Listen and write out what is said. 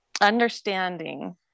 understanding